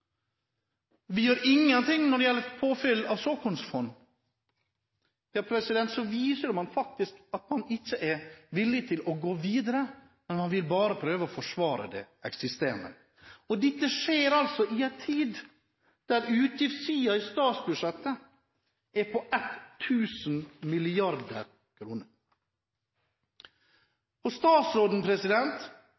man gjør ingenting når det gjelder påfyll av såkornfond, så viser man faktisk at man ikke er villig til å gå videre – man vil bare prøve å forsvare det eksisterende, og dette skjer altså i en tid da utgiftssiden i statsbudsjettet er på